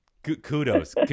kudos